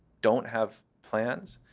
don't have plans,